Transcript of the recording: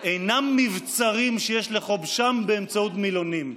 אינן מבצרים שיש לכובשם באמצעות מילונים,